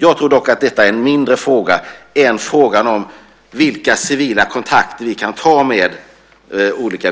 Jag tror dock att det är en mindre fråga än frågan om vilka civila kontakter vi kan ta med olika